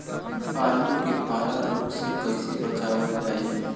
आलू के पाला रोग से कईसे बचावल जाई?